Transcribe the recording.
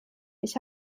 ich